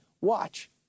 Watch